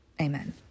Amen